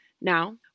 Now